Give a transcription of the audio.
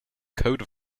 code